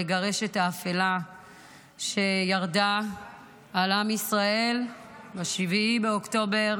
לגרש את האפלה שירדה על עם ישראל ב-7 באוקטובר